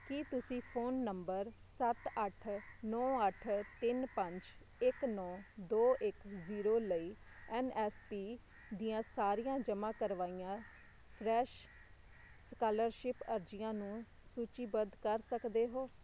ਕੀ ਤੁਸੀਂ phone number ਸੱਤ ਅੱਠ ਨੌ ਅੱਠ ਤਿੰਨ ਪੰਜ ਇੱਕ ਨੌ ਦੋ ਇੱਕ ਜ਼ੀਰੋ ਲਈ ਐਨ ਐੱਸ ਪੀ ਦੀਆਂ ਸਾਰੀਆਂ ਜਮ੍ਹਾਂ ਕਰਵਾਈਆਂ ਫਰੈਸ਼ ਸਕਾਲਰਸ਼ਿਪ ਅਰਜ਼ੀਆਂ ਨੂੰ ਸੂਚੀਬੱਧ ਕਰ ਸਕਦੇ ਹੋ